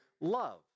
love